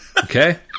Okay